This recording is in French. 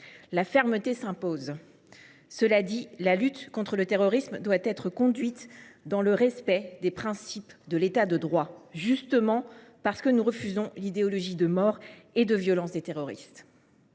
La fermeté s’impose. Cela dit, la lutte contre le terrorisme doit être conduite dans le respect des principes de l’État de droit, justement parce que nous refusons l’idéologie de mort et de violence des terroristes.